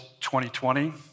2020